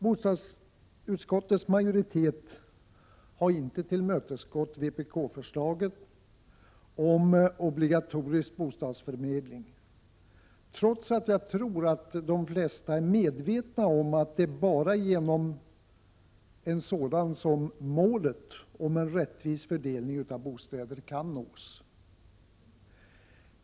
Bostadsutskottets majoritet har inte tillmötesgått vpkförslaget om obligatorisk bostadsförmedling, trots att de flesta nog är medvetna om att det bara är genom en sådan som målet om en rättvis fördelning av bostäder kan nås.